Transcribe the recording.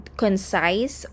concise